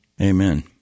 Amen